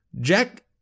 Jack